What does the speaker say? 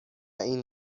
این